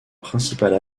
principale